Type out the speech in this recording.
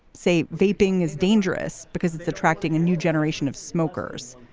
say vaping is dangerous because it's attracting a new generation of smokers.